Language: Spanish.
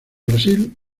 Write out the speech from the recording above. brasil